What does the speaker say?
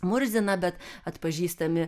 murzina bet atpažįstami